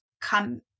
come